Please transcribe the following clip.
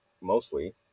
mostly